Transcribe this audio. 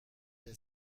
der